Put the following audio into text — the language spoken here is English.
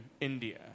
India